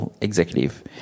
executive